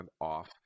off